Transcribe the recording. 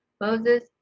moses